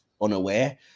unaware